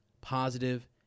positive